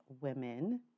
women